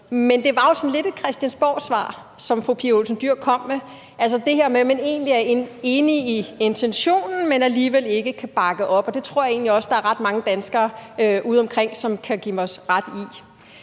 Men det var jo sådan lidt et Christiansborgsvar, som fru Pia Olsen Dyhr kom med, altså det her med, at man egentlig er enig i intentionen, men alligevel ikke kan bakke op. Og det tror jeg egentlig også der er ret mange danskere udeomkring der kan give mig ret i.